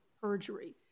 perjury